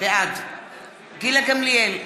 בעד גילה גמליאל,